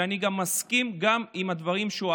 ואני מסכים גם לדברים שהוא אמר.